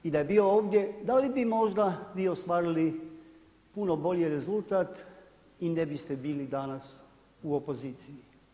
I da je bio ovdje da li bi možda vi ostvarili puno bolji rezultat i ne biste bili danas u opoziciji.